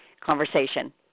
conversation